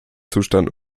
zustand